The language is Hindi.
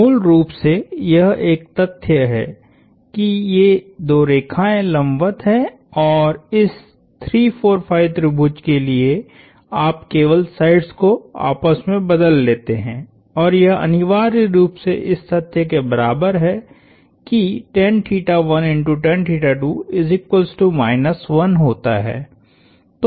मूल रूप से यह एक तथ्य है कि ये दो रेखाएँ लंबवत हैं और इस 3 4 5 त्रिभुज के लिए आप केवल साइड्स को आपस में बदल लेते हैं और यह अनिवार्य रूप से इस तथ्य के बराबर है कि होता है